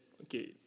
Okay